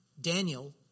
Daniel